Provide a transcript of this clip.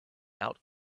out